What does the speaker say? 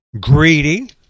Greedy